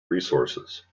resources